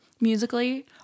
musically